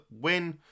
win